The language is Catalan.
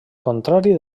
contrari